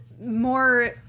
more